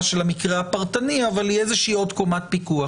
של המקרה הפרטני אבל היא איזושהי עוד קומת פיקוח,